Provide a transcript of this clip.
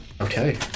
Okay